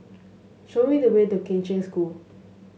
show me the way to Kheng Cheng School